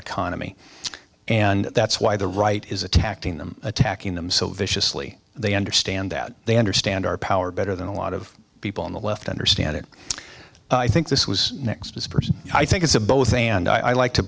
economy and that's why the right is attacking them attacking them so viciously they understand that they understand our power better than a lot of people on the left understand it i think this was next to the person i think it's a both and i like to